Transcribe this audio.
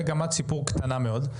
מגמת שיפור קטנה מאוד.